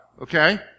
Okay